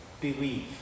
believe